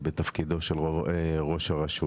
בתפקידו של ראש הרשות.